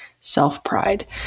self-pride